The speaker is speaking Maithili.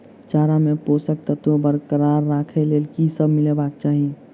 चारा मे पोसक तत्व बरकरार राखै लेल की सब मिलेबाक चाहि?